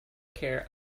care